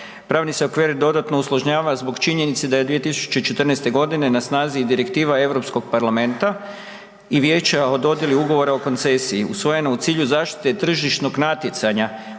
Pravni se okvir dodatno usložnjava zbog činjenice da je od 2014.g. na snazi i direktiva Europskog parlamenta i Vijeća o dodijeli Ugovora o koncesiji usvojena u cilju zaštite tržišnog natjecanja